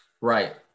Right